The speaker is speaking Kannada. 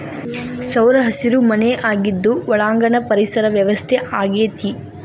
ಸೌರಹಸಿರು ಮನೆ ಆಗಿದ್ದು ಒಳಾಂಗಣ ಪರಿಸರ ವ್ಯವಸ್ಥೆ ಆಗೆತಿ